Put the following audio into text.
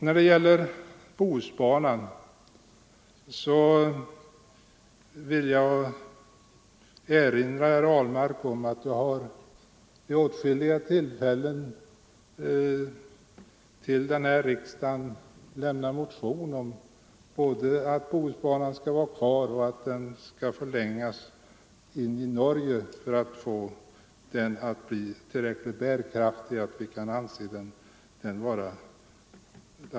När det gäller Bohusbanan vill jag erinra herr Ahlmark om att jag här i riksdagen vid åtskilliga tillfällen väckt motioner både om att Bohusbanan skall få vara kvar och om att den skall förlängas in i Norge för att bli tillräckligt bärkraftig.